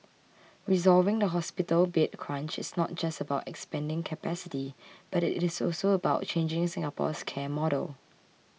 resolving the hospital bed crunch is not just about expanding capacity but it is also about changing Singapore's care model